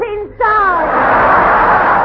inside